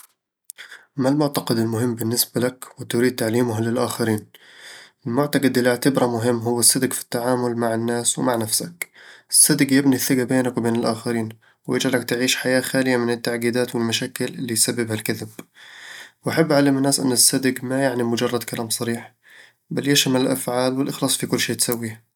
ما المعتقد المهم بالنسبة لك وتريد تعليمه للآخرين؟ المعتقد اللي أعتبره مهم هو الصدق في التعامل مع الناس ومع نفسك الصدق يبني الثقة بينك وبين الآخرين، ويجعلك تعيش حياة خالية من التعقيدات والمشاكل اللي يسببها الكذب وأحب أعلم الناس إن الصدق ما يعني مجرد كلام صريح، بل يشمل الأفعال والإخلاص في كل شي تسويه